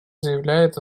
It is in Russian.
заявляет